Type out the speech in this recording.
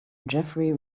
jeffery